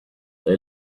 they